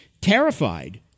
terrified